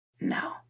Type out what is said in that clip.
no